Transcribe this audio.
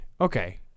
okay